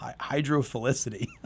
hydrophilicity